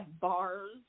bars